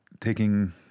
Taking